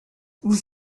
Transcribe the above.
vous